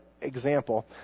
example